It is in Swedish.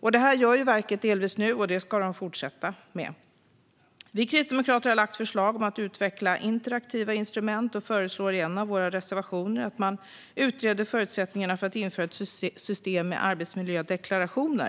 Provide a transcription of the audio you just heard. Detta gör också verket delvis redan nu, och det ska man fortsätta med. Vi kristdemokrater har lagt fram förslag om att utveckla interaktiva instrument och föreslår i en av våra reservationer att man utreder förutsättningarna för att införa ett system med arbetsmiljödeklarationer.